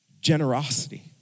generosity